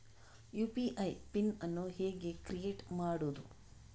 UPI PIN ಅನ್ನು ಹೇಗೆ create ಮಾಡುದು?